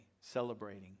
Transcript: celebrating